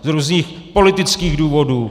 Z různých politických důvodů.